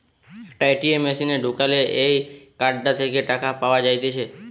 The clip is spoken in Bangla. একটা এ.টি.এম মেশিনে ঢুকালে এই কার্ডটা থেকে টাকা পাওয়া যাইতেছে